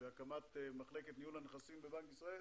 והקמת מחלקת ניהול הנכסים בבנק ישראל